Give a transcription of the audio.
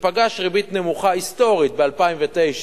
שפגש ריבית נמוכה היסטורית ב-2009,